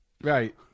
Right